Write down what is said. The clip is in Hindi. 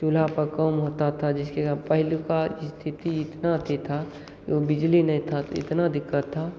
चूल्हा पर काम होता था जिसके का पहले का स्थिति इतना अति था उ बिजली नै था ते इतना दिक्कत था